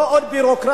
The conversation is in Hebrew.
לא עוד ביורוקרטיה.